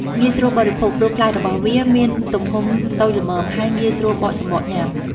ងាយស្រួលបរិភោគ ព្រោះផ្លែរបស់វាមានទំហំតូចល្មម ហើយងាយស្រួលបកសំបកញ៉ាំ។